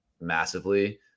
massively